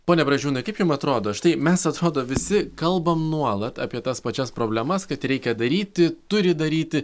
pone bražiūnai kaip jums atrodo štai mes atrodo visi kalbam nuolat apie tas pačias problemas kad reikia daryti turi daryti